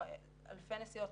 אלפי נסיעות,